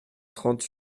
trente